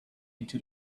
into